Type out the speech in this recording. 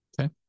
Okay